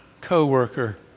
co-worker